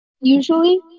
usually